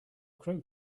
crow